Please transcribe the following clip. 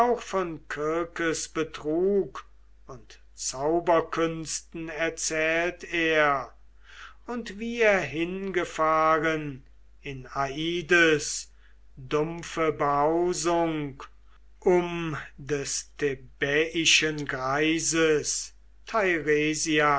kirkes betrug und zauberkünsten erzählt er und wie er hingefahren in aides dumpfe behausung um des thebaiischen greises